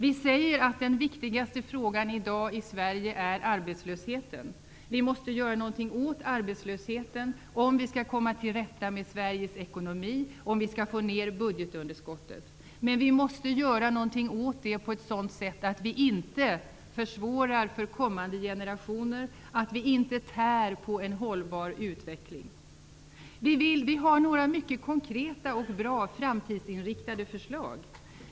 Vi säger att den viktigaste frågan i Sverige i dag är arbetslösheten. Vi måste göra något åt arbetslösheten om vi skall komma till rätta med Sveriges ekonomi och om vi skall få ned budgetunderskottet. Men vi måste göra något åt det på ett sådant sätt att vi inte försvårar för kommande generationer, så att vi inte tär på en hållbar utveckling. Vi har några mycket konkreta och bra framtidsinriktade förslag.